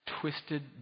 twisted